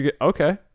Okay